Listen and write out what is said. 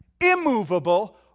immovable